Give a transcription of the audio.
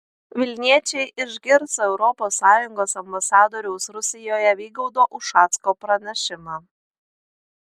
vilniečiai išgirs europos sąjungos ambasadoriaus rusijoje vygaudo ušacko pranešimą